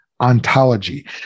ontology